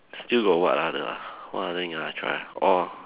still got what other ah what other thing I tried oh